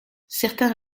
certains